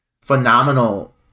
phenomenal